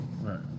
Right